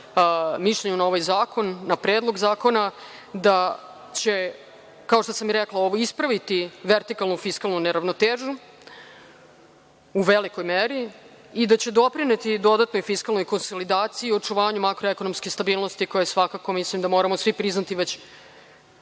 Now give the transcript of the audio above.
mišljenju na ovaj zakon, na predlog zakona, da će, kao što sam rekla, ovo ispraviti vertikalnu fiskalnu neravnotežu u velikoj meri i da će doprineti dodatnoj fiskalnoj konsolidaciji, očuvanju makroekonomskoj stabilnosti koja je svakako, mislim da moramo svi priznati, već